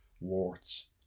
warts